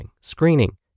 screening